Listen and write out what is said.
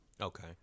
okay